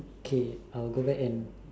okay I'll go back and